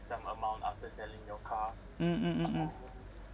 mm mm mm mm